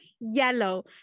yellow